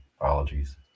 Apologies